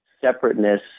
separateness